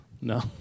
No